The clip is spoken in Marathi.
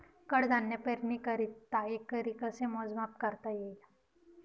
कडधान्य पेरणीकरिता एकरी कसे मोजमाप करता येईल?